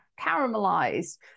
caramelized